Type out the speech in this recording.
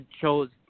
chose